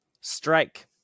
Strike